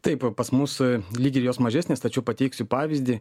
taip pas mus lyg ir jos mažesnės tačiau pateiksiu pavyzdį